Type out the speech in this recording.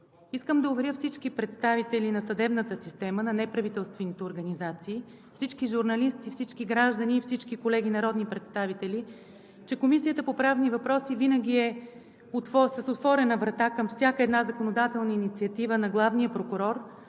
Искам да уверя всички представители на съдебната система, на неправителствените организации, всички журналисти, всички граждани и всички колеги народни представители, че Комисията по правни въпроси винаги е с отворена врата към всяка една законодателна инициатива на главния прокурор,